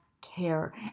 care